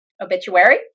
obituary